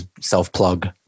self-plug